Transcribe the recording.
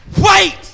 wait